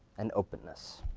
and openness.